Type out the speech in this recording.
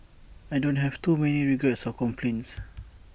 I don't have too many regrets or complaints